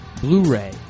Blu-ray